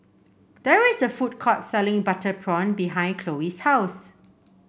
there is a food court selling Butter Prawn behind Chloe's house